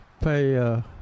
pay